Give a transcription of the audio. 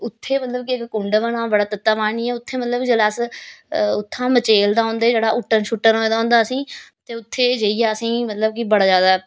उत्थें मतलब कि इक कुंड बना दा बड़ा तत्ता पानी ऐ उत्थें मतलब जेल्लै अस उत्थां मचेल दा औंदे जेह्ड़ा हूट्टन सुट्टन होए दा असेंगी ते उत्थें जेइयै असेंगी मतलब कि बड़ा ज्यादा